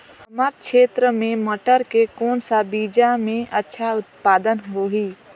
हमर क्षेत्र मे मटर के कौन सा बीजा मे अच्छा उत्पादन होही?